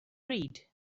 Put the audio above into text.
read